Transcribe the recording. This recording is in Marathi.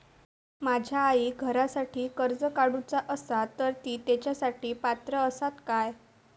माझ्या आईक घरासाठी कर्ज काढूचा असा तर ती तेच्यासाठी पात्र असात काय?